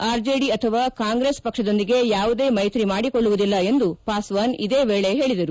RJD ಅಥವಾ Congress ಪಕ್ಷದೊಂದಿಗೆ ಯಾವುದೇ ಮೈತ್ರಿ ಮಾಡಿಕೊಳ್ಳುವುದಿಲ್ಲ ಎಂದೂ ಪಾಸ್ವಾನ್ ಇದೇ ವೇಳೆ ಹೇಳಿದರು